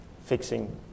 fixing